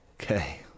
okay